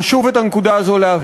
חשוב להבהיר את הנקודה הזאת.